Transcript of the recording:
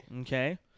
Okay